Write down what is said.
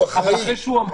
הוא האחראי.